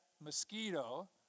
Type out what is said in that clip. mosquito